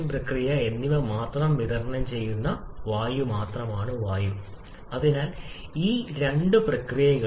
അതിനാൽ നിങ്ങൾ അത് അവിടെ വച്ചാൽ അനുയോജ്യമായ അവസ്ഥയിലുള്ള കാര്യക്ഷമതയിൽ വ്യതിയാന സവിശേഷതകളൊന്നുമില്ല ഇത് 0